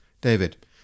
David